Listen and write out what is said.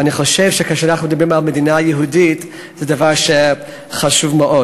ואני חושב שכשאנחנו מדברים על מדינה יהודית זה דבר חשוב מאוד.